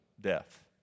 death